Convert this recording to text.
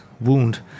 wound